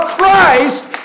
Christ